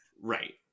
Right